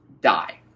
die